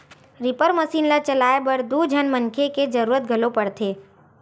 reaper machine ल चलाए बर दू झन मनखे के जरूरत घलोक परथे